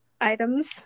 items